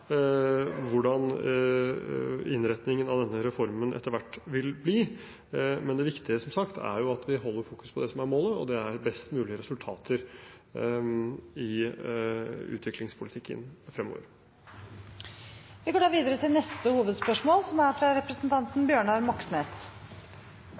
hvordan innretningen av denne reformen etter hvert vil bli, men det viktige – som sagt – er at vi fokuserer på det som er målet, og det er best mulig resultater i utviklingspolitikken fremover. Vi går videre til neste hovedspørsmål.